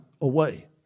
away